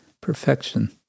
perfection